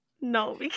No